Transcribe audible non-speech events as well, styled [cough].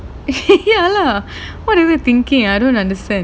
[laughs] ya lah what are you thinking I don't understand